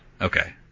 Okay